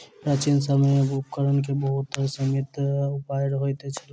प्राचीन समय में उपकरण के बहुत सीमित उपाय होइत छल